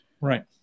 Right